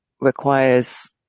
requires